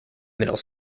middle